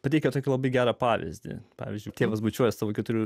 pateikia tokį labai gerą pavyzdį pavyzdžiui tėvas bučiuoja savo ketverių